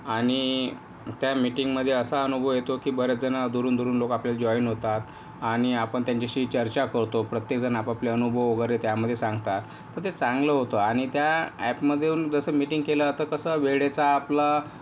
आणि त्या मीटिंगमध्ये असा अनुभव येतो की बरेच जण दुरून दुरून लोक आपल्याला जॉईन होतात आणि आपण त्यांच्याशी चर्चा करतो प्रत्येक जण आपआपले अनुभव वगैरे त्यामध्ये सांगतात तर ते चांगलं होतं आणि त्या ॲपमध्ये येऊन जसं मीटिंग केला जात तसं वेळेचा आपला